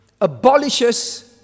abolishes